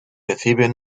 reciben